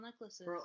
necklaces